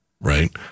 right